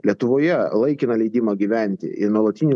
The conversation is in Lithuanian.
lietuvoje laikiną leidimą gyventi ir nuolatinį